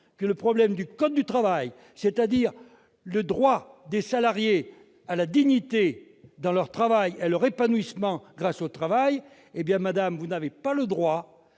que celui du code du travail, c'est-à-dire le droit des salariés à la dignité dans leur travail et à leur épanouissement grâce au travail, vous n'avez pas le droit